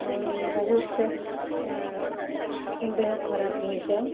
ବହୁତ ଦେହ ଖରାପ ହୋଇଯାଏ